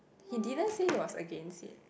he didn't say he was against it